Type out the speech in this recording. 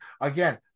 again